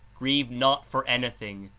grieve not for anything,